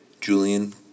Julian